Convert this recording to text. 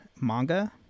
manga